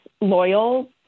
loyal